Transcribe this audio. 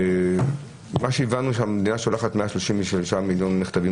מה שהבנו שהמדינה שולחת 136 מיליון מכתבים